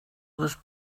was